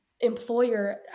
employer